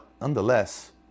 nonetheless